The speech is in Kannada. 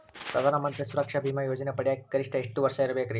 ಪ್ರಧಾನ ಮಂತ್ರಿ ಸುರಕ್ಷಾ ಭೇಮಾ ಯೋಜನೆ ಪಡಿಯಾಕ್ ಗರಿಷ್ಠ ಎಷ್ಟ ವರ್ಷ ಇರ್ಬೇಕ್ರಿ?